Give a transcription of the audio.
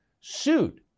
sued